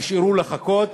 נשארו לחכות